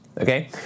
Okay